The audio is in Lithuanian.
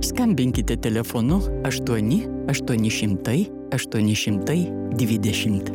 skambinkite telefonu aštuoni aštuoni šimtai aštuoni šimtai dvidešimt